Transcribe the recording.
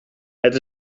het